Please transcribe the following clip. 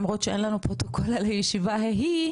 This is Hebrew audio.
למרות שאין לנו פרוטוקול על הישיבה ההיא,